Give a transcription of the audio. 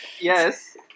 Yes